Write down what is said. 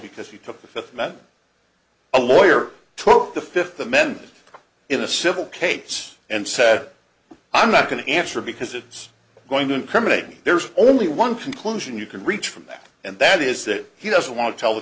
because he took the fifth not a lawyer took the fifth amendment in a civil case and said i'm not going to answer because it's going to incriminate me there's only one conclusion you can reach from that and that is that he doesn't want to tell the